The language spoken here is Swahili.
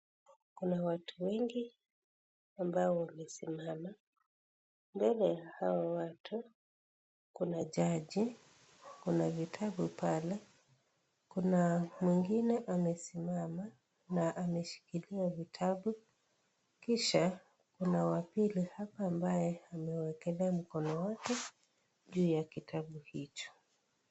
Kuna watu wengi ambao wamesimama. Mbele ya hao watu kuna jaji, kuna vitabu pale, kuna mwengine amesimama na ameshikilia vitabu kisha kuna wa pili hapa ambaye amewekelea mkono wake juu ya kitabu hicho.